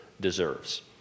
deserves